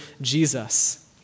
Jesus